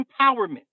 empowerment